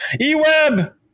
E-Web